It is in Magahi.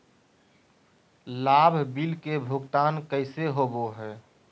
लाभ बिल के भुगतान कैसे होबो हैं?